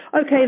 Okay